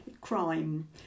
crime